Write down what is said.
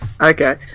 Okay